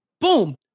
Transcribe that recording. boom